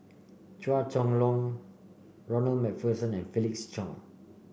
Chua Chong Long Ronald MacPherson and Felix Cheong